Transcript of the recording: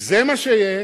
זה מה שיש,